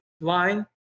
line